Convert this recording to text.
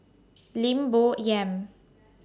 Lim Bo Yam